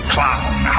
Clown